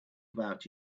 about